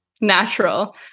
natural